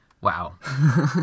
Wow